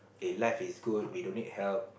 eh life is good we don't need help